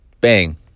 bang